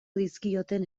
dizkioten